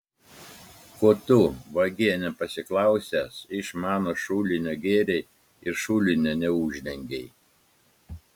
ko tu vagie nepasiklausęs iš mano šulinio gėrei ir šulinio neuždengei